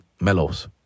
mellows